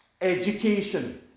education